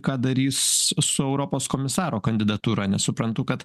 ką darys su europos komisaro kandidatūra nes suprantu kad